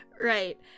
Right